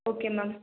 okay ma'am